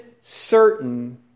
certain